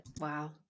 Wow